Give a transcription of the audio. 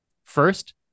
First